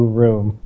room